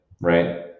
right